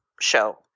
show